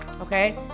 Okay